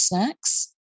snacks